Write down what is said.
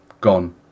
Gone